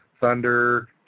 Thunder